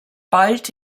bald